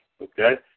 Okay